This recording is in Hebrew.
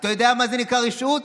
אתה יודע מה זה נקרא רשעות?